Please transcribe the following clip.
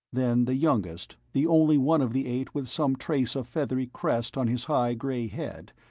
then the youngest, the only one of the eight with some trace of feathery crest on his high gray head,